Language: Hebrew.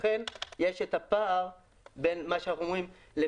לכן יש פער בין מה שאנחנו אומרים: באופן